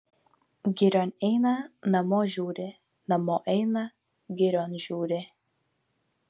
girion eina namo žiūri namo eina girion žiūri